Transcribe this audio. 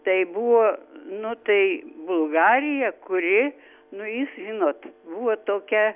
tai buvo nu tai bulgarija kuri nu jis žinot buvo tokia